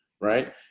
right